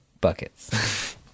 buckets